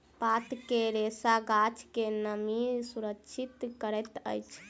पात के रेशा गाछ के नमी सुरक्षित करैत अछि